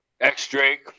X-Drake